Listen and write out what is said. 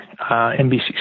NBC